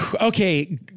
Okay